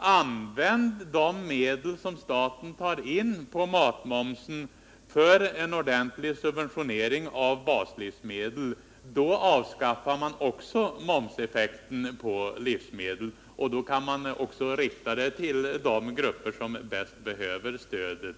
Använd de medel som staten tar in på matmomsen för en ordentlig subventionering av bl.a. baslivsmedel! Då avskaffar man momseffekten på livsmedel, och då kan man rikta stödet så att det gynnar de grupper som bäst behöver det.